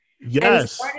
Yes